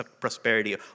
prosperity